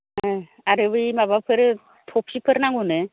आरो बै माबाफोर थफिफोर नांगौ नो